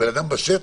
הבן אדם בשטח,